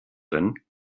denn